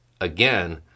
Again